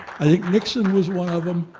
i think nixon was one of em.